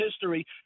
history